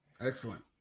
Excellent